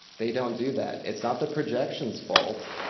they don't do that. it's not the projections fault,